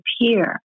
appear